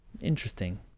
interesting